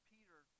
Peter